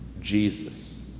Jesus